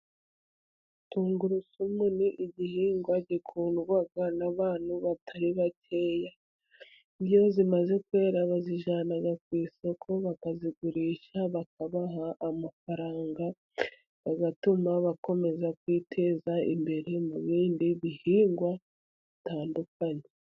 Tungurusumu ni igihingwa gikundwa n'abantu batari bakeya. Iyo zimaze kwera bazijyana ku isoko bakazigurisha, bakabaha amafaranga bigatuma bakomeza kwiteza imbere mu bindi bihingwa bitandukanye.